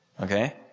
okay